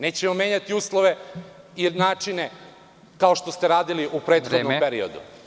Nećemo menjati uslove, jednačine, kao što ste radili u prethodnom periodu.